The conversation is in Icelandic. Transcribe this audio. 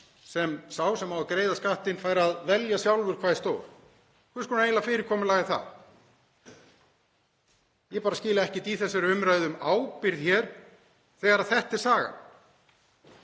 sem sá sem á að greiða skattinn fær að velja sjálfur hvað er stór? Hvers konar fyrirkomulag er það eiginlega? Ég bara skil ekkert í þessari umræðu um ábyrgð hér þegar þetta er sagan.